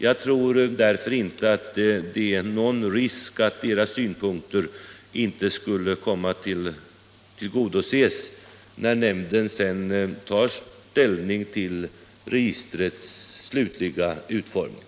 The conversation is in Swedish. Jag tror därför inte att det är någon risk för att deras synpunkter inte skulle komma att tillgodoses när nämnden sedan tar ställning till registrets slutliga utformning.